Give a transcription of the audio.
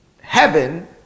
heaven